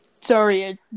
sorry